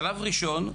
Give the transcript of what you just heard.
שלב ראשון,